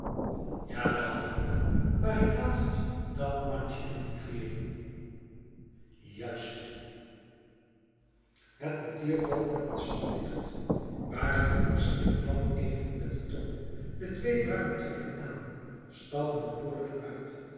jawel dokter waar ik laatst dat mandje en die kleeren juist het portier valt met een slag dicht barend de koetsier klapt even met de tong de twee bruinen trekken aan stappen de poort uit